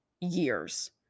years